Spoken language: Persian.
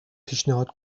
پیشنهاد